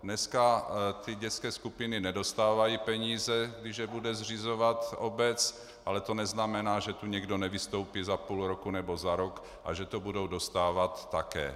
Dneska ty dětské skupiny nedostávají peníze, když je bude zřizovat obec, ale to neznamená, že tu někdo nevystoupí za půl roku nebo za rok a že to budou dostávat také.